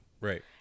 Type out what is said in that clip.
Right